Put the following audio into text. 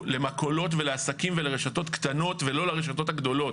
למכולות ולעסקים ולרשתות קטנות ולא לרשתות הגדולות,